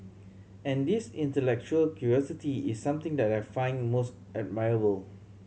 and this intellectual curiosity is something that I find most admirable